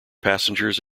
passengers